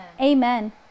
Amen